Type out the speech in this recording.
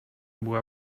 była